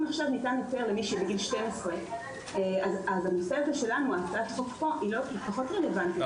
אם עכשיו ניתן היתר למישהו בן 12 אז הצעת החוק פה היא פחות רלוונטית,